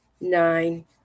nine